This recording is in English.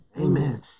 Amen